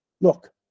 look